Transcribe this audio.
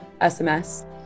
sms